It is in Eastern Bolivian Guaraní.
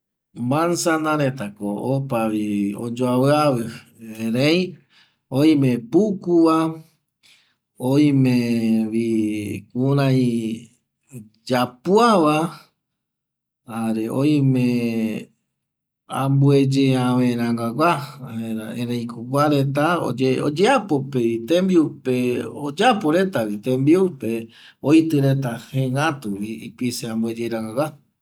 Manzana retako opavi oyoaviavi erei oime pukuva oimevi kurai yapuava jare oimevi ambueyeranga guava ereiko kuareta oyeapo oyapo reta tembiupevi oitireta jegatuvi ipise ambueye rangagua